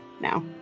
now